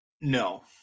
No